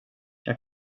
jag